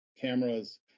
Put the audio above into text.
cameras